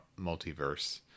multiverse